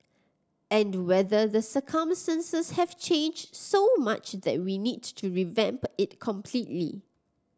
and whether the circumstances have changed so much that we need to revamp it completely